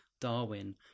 Darwin